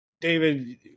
David